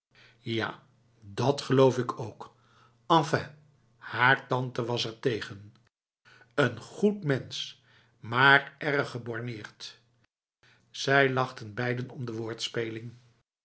ja dat geloof ik ook enfin haar tante was ertegen n goed mens maar erg geborneerd zij lachten beiden om de woordspeling